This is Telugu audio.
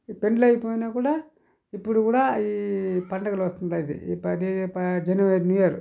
పెండ్లి అయిపోయినా కూడా ఇప్పుడు కూడా ఈ పండుగలు వస్తుంటాయి జనవరి న్యూ ఇయర్